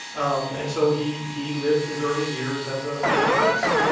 um and so he he lived his early years as ah as a prince.